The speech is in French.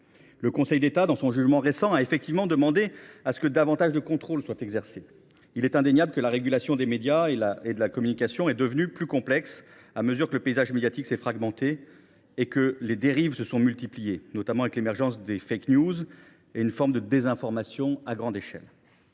Le Conseil d’État, dans une récente décision, a en effet demandé qu’un contrôle plus poussé soit exercé. Il est indéniable que la régulation des médias et de la communication est devenue plus complexe à mesure que le paysage médiatique s’est fragmenté et que les dérives se sont multipliées, notamment avec l’émergence des et une forme de désinformation à grande échelle.